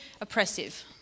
oppressive